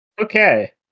Okay